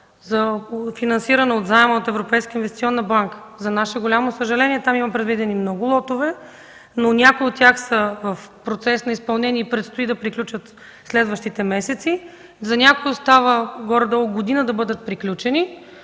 за финансиране на заем от Европейската инвестиционна банка. За наше голямо съжаление там има предвидени много лотове, но някои от тях са в процес на изпълнение и предстои да приключат следващите месеци, за някои остава горе-долу година, за да бъдат приключени,